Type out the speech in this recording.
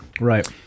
Right